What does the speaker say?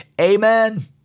Amen